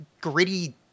gritty